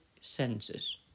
senses